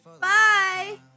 Bye